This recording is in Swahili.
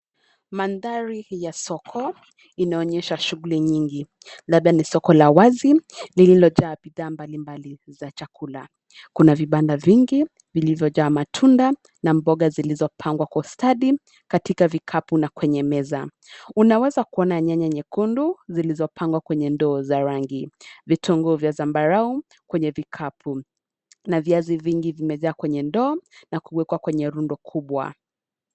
Mandhari ya soko, inaonyesha shughuli nyingi, labda ni soko la wazi, lililojaa bidhaa mbali mbali za chakula, kuna vibanda vingi, vilivyojaa matunda, na mboga zilizopangwa kwa stadi, katika vikapu na kwenye meza, unaweza kuona nyanya nyekundu, zilizopangwa kwenye ndoo ya rangi, vitunguu vya zambarau, kwenye vikapu, na viazi vingi vimejaa kwenye ndoo, na kuwekwa kwenye rundo kubwa.